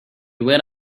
went